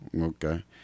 Okay